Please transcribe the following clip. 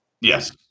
Yes